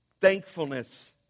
thankfulness